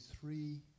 three